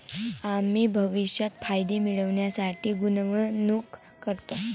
आम्ही भविष्यात फायदे मिळविण्यासाठी गुंतवणूक करतो